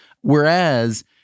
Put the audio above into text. Whereas